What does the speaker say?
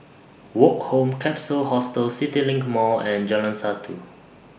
Woke Home Capsule Hostel CityLink Mall and Jalan Satu